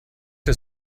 der